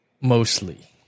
mostly